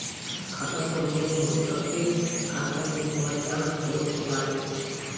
खाता संख्या से ही सबके खाता के पहचान होत बाटे